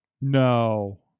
No